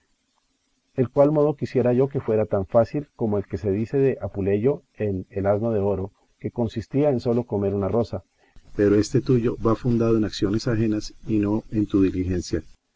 el cual modo quisiera yo que fuera tan fácil como el que se dice de apuleyo en el asno de oro que consistía en sólo comer una rosa pero este tuyo va fundado en acciones ajenas y no en tu diligencia